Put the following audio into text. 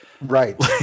Right